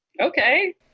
Okay